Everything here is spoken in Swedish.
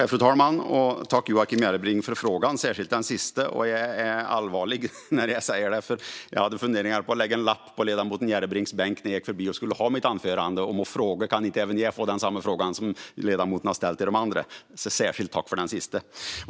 Fru talman! Tack, Joakim Järrebring, för frågorna - särskilt den sista! Jag är allvarlig när jag säger det, för jag hade funderingar på att lägga en lapp på ledamoten Järrebrings bänk när jag gick förbi för att hålla mitt anförande där jag bad om att även jag skulle få samma fråga som ledamoten har ställt till de andra. Så särskilt tack för den sista frågan!